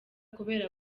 kubera